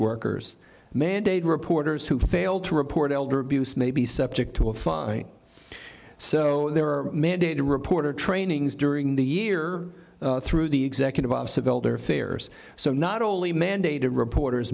workers mandated reporters who failed to report elder abuse may be subject to a fine so there are mandated reporter trainings during the year through the executive office of elder affairs so not only mandated reporters